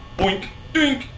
boink! dink!